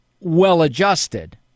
well-adjusted